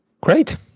Great